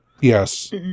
Yes